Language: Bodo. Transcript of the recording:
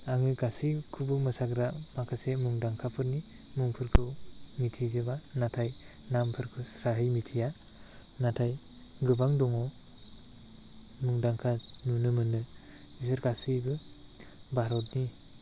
आं गासैखौबो मोसाग्रा माखासे मुंदांखाफोरनि मुंफोरखौ मिथिजोबा नाथाय नामफोरखौ स्रायै मिथिया नाथाय गोबां दं मुंदांखा नुनो मोनो बेफोर गासैबो भारतनि